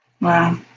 Wow